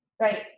Right